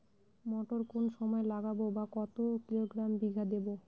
মটর কোন সময় লাগাবো বা কতো কিলোগ্রাম বিঘা দেবো?